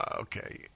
Okay